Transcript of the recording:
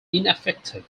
ineffective